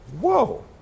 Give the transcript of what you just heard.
Whoa